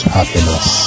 happiness